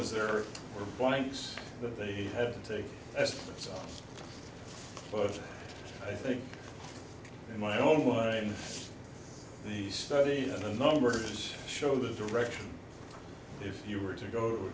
as their clients that they have to take but i think in my own way the study the numbers show the direction if you were to go